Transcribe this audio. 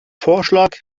vorschlag